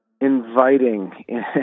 inviting